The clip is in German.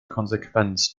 konsequenz